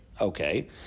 Okay